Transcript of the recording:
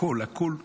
הכול הכול נראה,